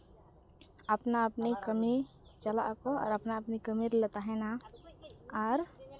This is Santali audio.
ᱟᱯᱱᱟ ᱟᱹᱯᱱᱤ ᱠᱟᱹᱢᱤ ᱪᱟᱞᱟᱜ ᱟᱠᱚ ᱟᱨ ᱟᱯᱱᱟ ᱟᱹᱯᱱᱤ ᱠᱟᱹᱢᱤ ᱨᱮᱞᱮ ᱛᱟᱦᱮᱱᱟ ᱟᱨ